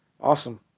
Awesome